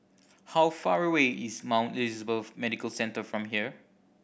how far away is Mount Elizabeth Medical Centre from here